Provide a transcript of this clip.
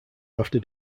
after